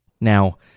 Now